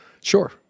Sure